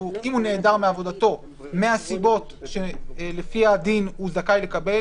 אם הוא נעדר מעבודתו מהסיבות שלפי הדין הוא זכאי לקבל,